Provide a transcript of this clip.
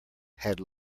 had